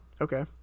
Okay